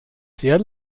sehr